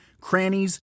crannies